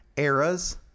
Eras